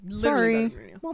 sorry